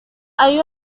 hay